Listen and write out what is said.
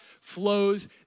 flows